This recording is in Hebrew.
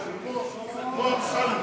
חלק.